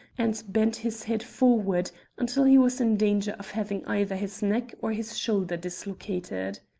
and bent his head forward until he was in danger of having either his neck or his shoulder dislocated.